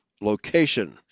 location